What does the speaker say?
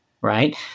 right